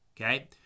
okay